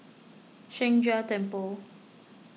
Sheng Jia Temple